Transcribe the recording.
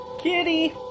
Kitty